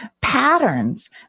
patterns